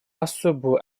особую